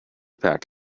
pack